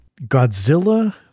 Godzilla